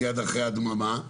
מיד אחרי ההדממה,